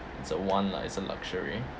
it's a want lah it's a luxury